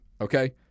Okay